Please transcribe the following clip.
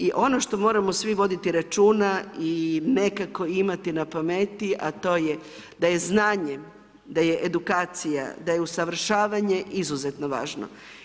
I ono što moramo svi voditi računa i nekako imati na pameti a to je da je znanje, da je edukacija, da je usavršavanje izuzetno važno.